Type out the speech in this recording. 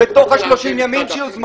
זה הקנס